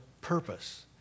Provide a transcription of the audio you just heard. purpose